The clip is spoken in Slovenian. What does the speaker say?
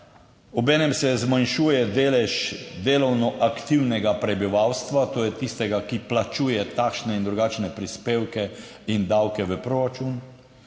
Obenem se zmanjšuje delež delovno aktivnega prebivalstva, to je tistega, ki plačuje takšne in drugačne prispevke in davke v proračun.